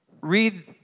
read